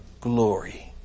glory